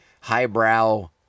highbrow